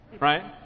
Right